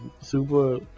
super